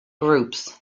groups